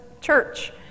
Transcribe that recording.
church